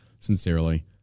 sincerely